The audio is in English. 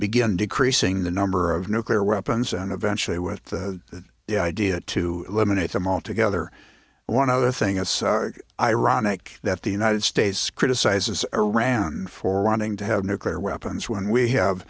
begin decreasing the number of nuclear weapons and eventually with the idea to eliminate them all together and one other thing as ironic that the united states criticizes around for wanting to have nuclear weapons when we have